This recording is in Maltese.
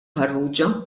farrugia